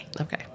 okay